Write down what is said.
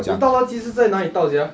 你倒垃圾实在哪里倒 sia